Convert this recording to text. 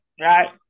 right